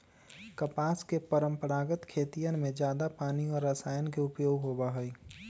कपास के परंपरागत खेतियन में जादा पानी और रसायन के उपयोग होबा हई